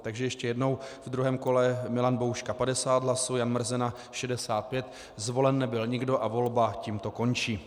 Takže ještě jednou: v druhém kole Milan Bouška 50 hlasů, Jan Mrzena 65, zvolen nebyl nikdo a volba tímto končí.